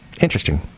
Interesting